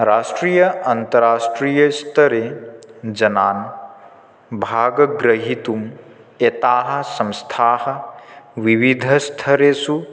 राष्ट्रीय अन्ताराष्ट्रियस्तरे जनान् भागग्रहीतुं एताः संस्थाः विविधस्थरेषु